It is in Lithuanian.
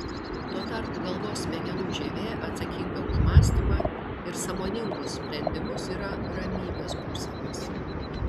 tuo tarpu galvos smegenų žievė atsakinga už mąstymą ir sąmoningus sprendimus yra ramybės būsenos